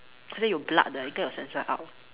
好像有 blood 的应该有 censor out